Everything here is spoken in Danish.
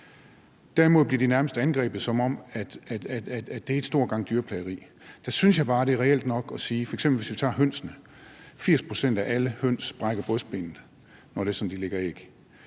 Derimod bliver det nærmest omtalt, som om det er en stor gang dyrplageri. Der synes jeg bare, at det er reelt nok at sige, hvis vi f.eks. tager hønsene, at 80 pct. af alle høns brækker brystbenet, når de lægger æg.